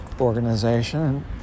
organization